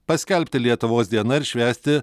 paskelbti lietuvos diena ir švęsti